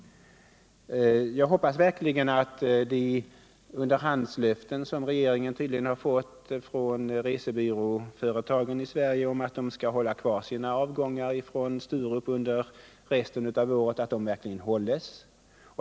Jag hoppas verkligen att de underhandslöften som regeringen tydligen har fått från resebyråföretagen i Sverige om att de skall hålla kvar sina avgångar från Sturup under resten av året verkligen infrias.